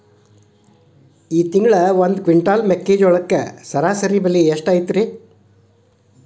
ಈ ತಿಂಗಳ ಒಂದು ಕ್ವಿಂಟಾಲ್ ಮೆಕ್ಕೆಜೋಳದ ಸರಾಸರಿ ಬೆಲೆ ಎಷ್ಟು ಐತರೇ?